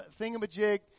thingamajig